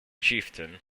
chieftain